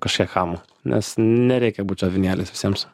kažkiek chamu nes nereikia būt čia avinėliais visiems